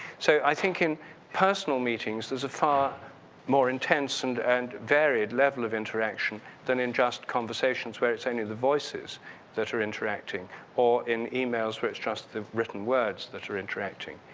so, i think in personal meetings, there's a far more intense and and varied level of interaction than in just conversations where it's only the voices that are interacting or in emails where's it's just the written words that you're interacting.